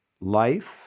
life